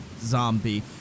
zombie